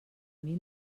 mil